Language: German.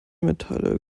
metalle